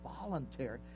voluntary